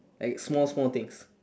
like small small things